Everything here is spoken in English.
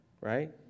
right